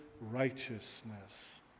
righteousness